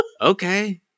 Okay